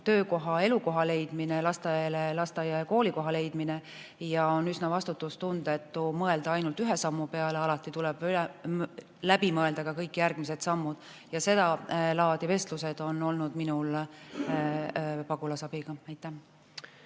töökoha ja elukoha leidmine, lastele lasteaia- ja koolikoha leidmine. On üsna vastutustundetu mõelda ainult ühe sammu peale, alati tuleb läbi mõelda ka kõik järgmised sammud. Sedalaadi vestlused on olnud minul [Eesti] Pagulasabiga. Aivar